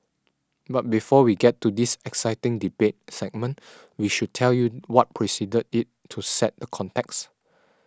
but before we get to this exciting debate segment we should tell you what preceded it to set the context